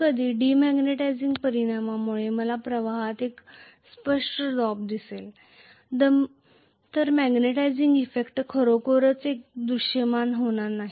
कधीकधी परंतु डीमॅग्नेटिझिंग परिणामामुळे मला प्रवाहात एक स्पष्ट ड्रॉप दिसेल तर मॅग्नेटिझिंग इफेक्ट खरोखरच सर्व दृश्यमान होणार नाही